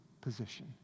position